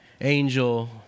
angel